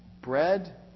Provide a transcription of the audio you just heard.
bread